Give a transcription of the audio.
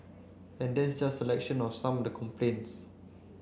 and that's just a selection of some of the complaints